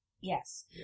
Yes